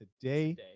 today